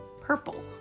purple